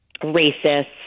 racist